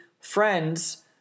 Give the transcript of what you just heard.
friends